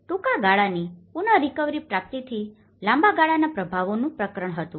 ટૂંકા ગાળાની પુન રીકવરી પ્રાપ્તિથી લાંબા ગાળાના પ્રભાવો નું પ્રકરણ હતું